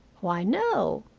why, no.